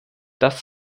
das